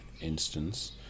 instance